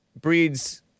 breeds